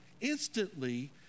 instantly